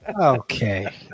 Okay